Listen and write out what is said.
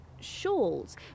shawls